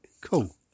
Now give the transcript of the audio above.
cool